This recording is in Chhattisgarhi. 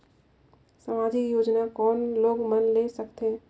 समाजिक योजना कोन लोग मन ले सकथे?